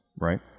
Right